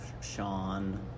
Sean